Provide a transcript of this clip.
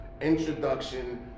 Introduction